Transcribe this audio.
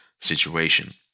situation